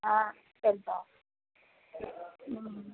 ஆ சரிப்பா ம் ம்